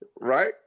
Right